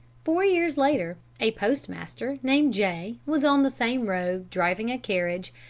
four years later a postmaster, named j, was on the same road, driving a carriage,